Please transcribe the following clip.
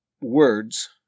words